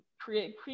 create